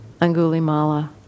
Angulimala